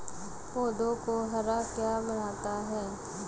पौधों को हरा क्या बनाता है?